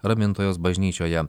ramintojos bažnyčioje